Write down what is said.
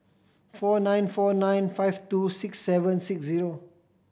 four nine four nine five two six seven six zero